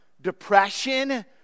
depression